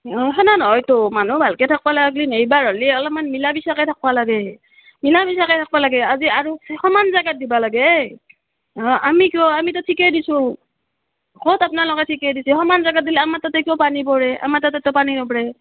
অ সেনে নহয়তো মানুহ ভালকৈ থাকিব লাগে সেইবোৰ হ'লে অলপমান মিলা মিছাকৈ থাকিব লাগে মিলা মিছাকৈ থাকিব লাগে আজি আৰু সমান জেগাত দিব লাগেই অ আমি কিয় আমিতো ঠিকেই দিছোঁ ক'ত আপোনালোকে ঠিকেই দিছে সমান জেগাত দিলে আমাৰ তাতে কিয় পানী পৰে আমাৰ তাতেতো পানী নপৰে